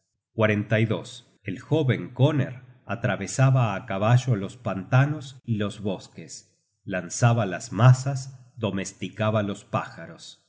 rig y conocer las runas el jóven koner atravesaba á caballo los pantanos y los bosques lanzaba las mazas domesticaba los pájaros